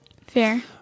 Fair